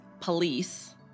police